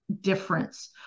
difference